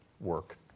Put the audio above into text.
work